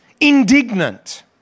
indignant